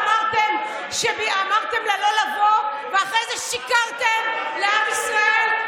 זאת שאמרתם לה לא לבוא ואחרי זה שיקרתם לעם ישראל,